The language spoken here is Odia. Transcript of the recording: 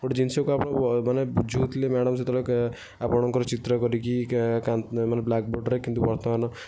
ଗୋଟିଏ ଜିନିଷକୁ ଆପଣ ମାନେ ବୁଝାଉଥିଲେ ମ୍ୟାଡ଼ାମ୍ ସେତେବେଳେ ଆପଣଙ୍କର କ'ଣ ଚିତ୍ର କରିକି ମାନେ ବ୍ଲାକ୍ ବୋର୍ଡ଼୍ରେ କିନ୍ତୁ ବର୍ତ୍ତମାନ